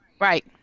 right